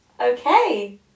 Okay